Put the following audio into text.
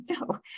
no